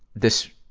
this,